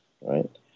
right